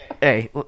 Hey